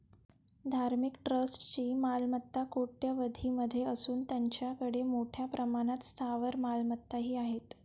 धार्मिक ट्रस्टची मालमत्ता कोट्यवधीं मध्ये असून त्यांच्याकडे मोठ्या प्रमाणात स्थावर मालमत्ताही आहेत